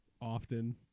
often